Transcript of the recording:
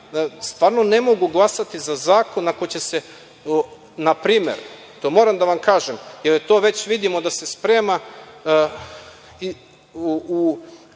stvarno ne mogu glasati za zakon ako će se, na primer, to moram da vam kažem, jer to već vidimo da se sprema, u